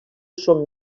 són